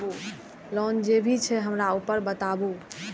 Loan जे भी छे हमरा ऊपर बताबू?